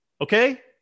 Okay